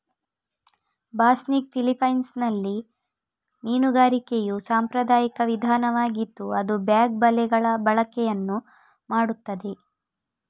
ಬಾಸ್ನಿಗ್ ಫಿಲಿಪೈನ್ಸಿನಲ್ಲಿ ಮೀನುಗಾರಿಕೆಯ ಸಾಂಪ್ರದಾಯಿಕ ವಿಧಾನವಾಗಿದ್ದು ಅದು ಬ್ಯಾಗ್ ಬಲೆಗಳ ಬಳಕೆಯನ್ನು ಮಾಡುತ್ತದೆ